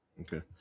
okay